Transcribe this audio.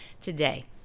today